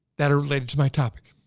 that are related to my topic.